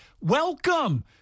Welcome